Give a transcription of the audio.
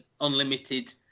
unlimited